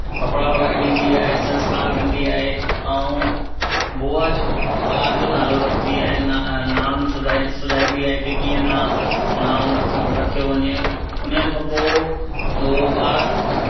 कपिड़ा वग़ैरह ॾींदी आहे संस्कार कंदी आहे ऐं बुआ ॿार जो नालो रखंदी आहे ना ना सुदा सुझाईंदी आहे के कीअं नाम रखियो वञे उन्हीअ खां पोइ उहो ॿारु